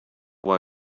why